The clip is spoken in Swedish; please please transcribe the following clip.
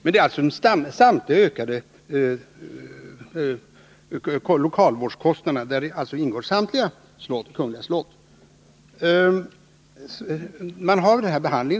I de ökade lokalvårdskostnaderna ingår samtliga kungliga slott.